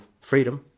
freedom